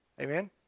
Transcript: Amen